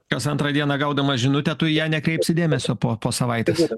kas antrą dieną gaudamas žinutę tu į ją nekreipsi dėmesio po po savaitės